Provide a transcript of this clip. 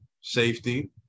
safety